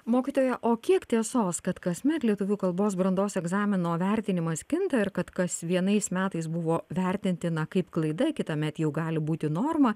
mokytoja o kiek tiesos kad kasmet lietuvių kalbos brandos egzamino vertinimas kinta ir kad kas vienais metais buvo vertintina kaip klaida kitąmet jau gali būti norma